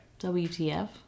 WTF